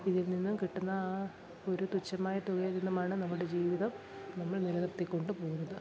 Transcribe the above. ഇതിൽ നിന്നും കിട്ടുന്ന ആ ഒരു തുച്ഛമായ തുകയിൽ നിന്നുമാണ് നമ്മുടെ ജീവിതം നമ്മൾ നിലനിർത്തിക്കൊണ്ട് പോകുന്നത്